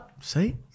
See